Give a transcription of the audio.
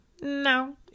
No